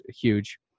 huge